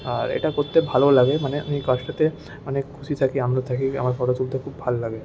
আর এটা করতে ভালোও লাগে মানে এই কাজটাতে অনেক খুশি থাকি আনন্দে থাকি আমার ফটো তুলতে খুব ভাল লাগে